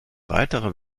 weiterer